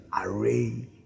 array